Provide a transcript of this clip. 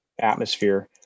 atmosphere